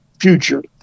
future